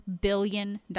billion